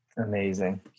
Amazing